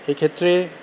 এক্ষেত্রে